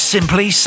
Simply